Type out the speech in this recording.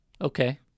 Okay